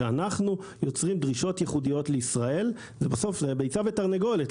כשאנחנו יוצרים דרישות ייחודיות לישראל אז זה בסוף ביצה תרנגולת.